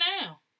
now